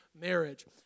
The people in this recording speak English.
marriage